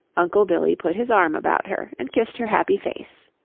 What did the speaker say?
uncle billy put his arm about her and kissed her happy face.